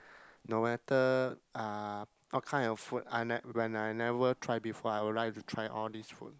no matter uh what kind of food I when I never try before I would like to try all these food